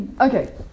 okay